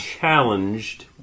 challenged